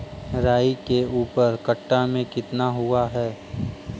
राई के ऊपर कट्ठा में कितना हुआ है?